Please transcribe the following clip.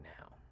now